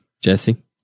Jesse